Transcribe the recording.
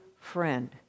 friend